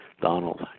Donald